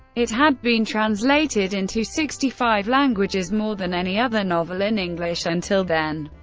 it had been translated into sixty five languages, more than any other novel in english until then.